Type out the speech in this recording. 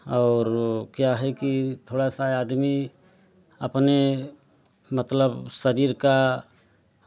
और क्या है कि थोड़ा सा आदमी अपने मतलब शरीर का